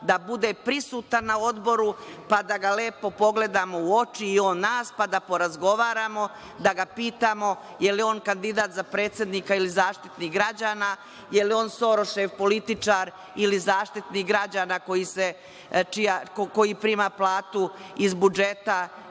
da bude prisutan na Odboru, pa da ga lepo pogledamo u oči i on nas, pa da porazgovaramo, da ga pitamo da li je on kandidat za predsednika ili Zaštitnik građana, da li je on Sorošev političar ili Zaštitnik građana koji prima platu iz budžeta,